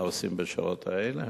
מה עושים בשעות האלה,